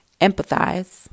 empathize